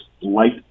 light